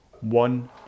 one